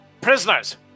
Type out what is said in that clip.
prisoners